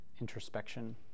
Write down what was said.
Introspection